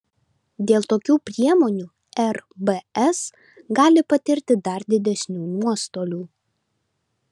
dėl tokių priemonių rbs gali patirti dar didesnių nuostolių